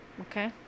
Okay